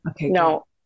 No